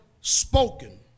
spoken